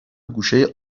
گوشه